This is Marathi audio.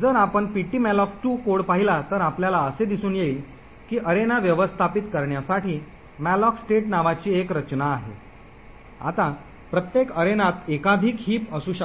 जर आपण ptmalloc2 कोड पाहिला तर आपल्याला असे दिसून येईल की अरेना व्यवस्थापित करण्यासाठी malloc state नावाची एक रचना आहे आता प्रत्येक अरेनात एकाधिक हिप असू शकतात